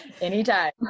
anytime